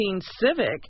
Civic